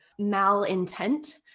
malintent